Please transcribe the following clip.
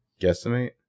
guesstimate